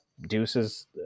Deuce's